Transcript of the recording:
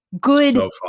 good